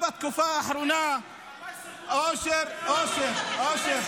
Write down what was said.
אתה בתקופה האחרונה ------ אושר, אושר, אושר.